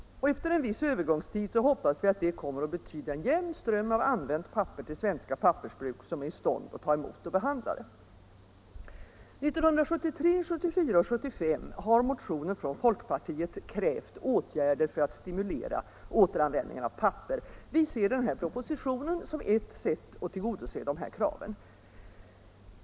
Efter en viss övergångstid hoppas vi att det kommer att betyda en jämn ström av använt papper till svenska pappersbruk som är i stånd att ta emot och behandla det. 1973, 1974 och 1975 har motioner från folkpartiet krävt åtgärder för att stimulera återanvändningen av papper. Vi ser den här propositionen som ett sätt att tillgodose dessa krav.